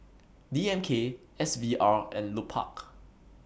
D M K S V R and Lupark